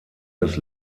des